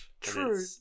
True